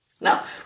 Now